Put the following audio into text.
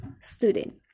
student